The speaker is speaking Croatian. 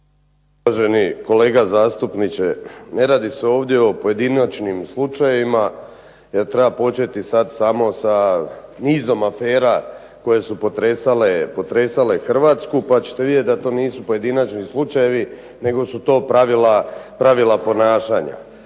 Uvaženi kolega zastupniče, ne radi se ovdje o pojedinačnim slučajevima jer treba početi sad samo sa nizom afera koje su potresale Hrvatsku pa ćete vidjet da to nisu pojedinačni slučajevi nego su to pravila ponašanja.